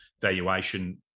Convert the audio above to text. valuation